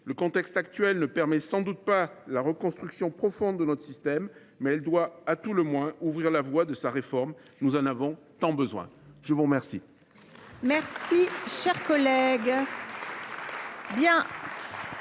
Le contexte actuel ne permet sans doute pas la reconstruction profonde de notre système, mais nous devons, à tout le moins, ouvrir la voie à sa réforme. Nous en avons tant besoin ! Mes chers